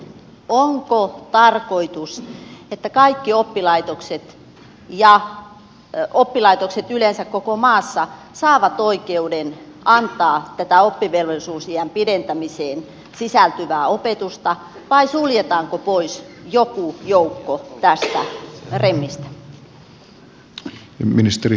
onko tarkoitus että kaikki oppilaitokset ja oppilaitokset yleensä koko maassa saavat oikeuden antaa tätä oppivelvollisuusiän pidentämiseen sisältyvää opetusta vai suljetaanko pois joku joukko tästä remmistä